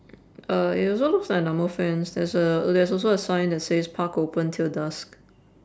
uh it also looks like a normal fence there's a there's also a sign that says park open till dusk